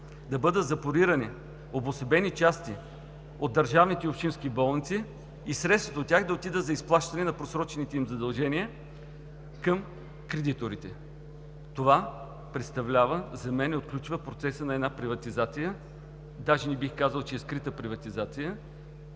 да бъдат запорирани обособени части от държавните и общинските болници и средствата от тях да отидат за изплащане на просрочените им задължения към кредиторите. Това за мен отключва процеса на една приватизация, даже не бих казал, че е скрита приватизация,